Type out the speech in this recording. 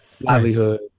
livelihood